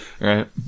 right